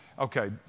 Okay